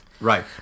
Right